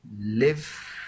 live